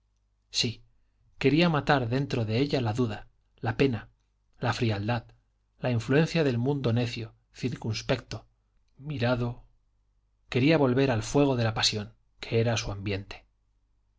sí quería matar dentro de ella la duda la pena la frialdad la influencia del mundo necio circunspecto mirado quería volver al fuego de la pasión que era su ambiente